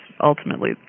ultimately